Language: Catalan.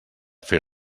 fer